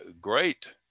great